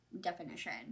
definition